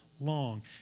long